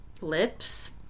lips